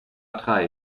drei